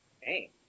Hey